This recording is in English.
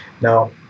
Now